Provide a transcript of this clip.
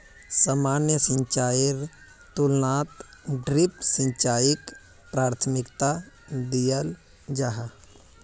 सामान्य सिंचाईर तुलनात ड्रिप सिंचाईक प्राथमिकता दियाल जाहा